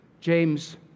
James